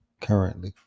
Currently